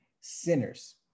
sinners